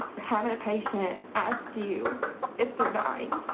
having a patient ask you if they're dying.